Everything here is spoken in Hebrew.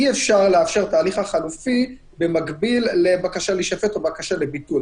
אי-אפשר לאפשר את התהליך החלופי במקביל לבקשה להישפט או לבקשה לביטול.